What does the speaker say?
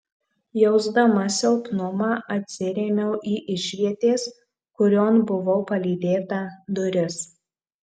jausdama silpnumą atsirėmiau į išvietės kurion buvau palydėta duris